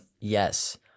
Yes